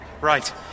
Right